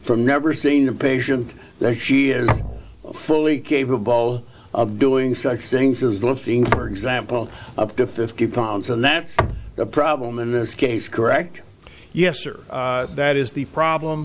from never seen a patient that she is fully capable of doing such things as lifting for example up to fifty pounds and that's a problem in this case correct yes or that is the problem